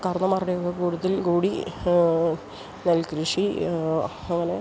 കാർന്നോന്മാരുടെ കൂടത്തിൽ കൂടി നെൽകൃഷി അങ്ങനെ